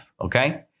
okay